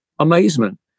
amazement